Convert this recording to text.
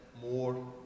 more